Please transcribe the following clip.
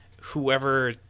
whoever